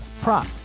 prop